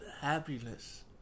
happiness